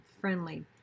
friendly